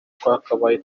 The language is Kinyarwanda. twakabaye